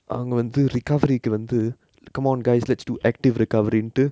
அவங்க வந்து:avanga vanthu recovery கு வந்து:ku vanthu come on guys let's to active recovering to